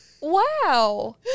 Wow